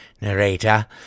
narrator